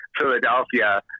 Philadelphia